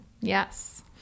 Yes